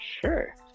Sure